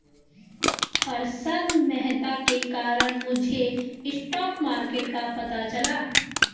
हर्षद मेहता के कारण मुझे स्टॉक मार्केट का पता चला